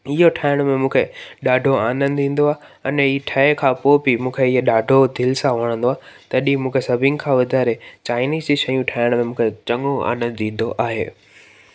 इहो ठाहिण में मूंखे ॾाढो आनंदु ईंदो आहे अने हीउ ठहिणु खां पोइ बि मूंखे इहे ॾाढो दिलि सां वणंदो आहे तॾहि मूंखे सभिनि खां वधारे चाइनीज़ जी शयूं ठाहिण में मूंखे चङो आनंदु ईंदो आहे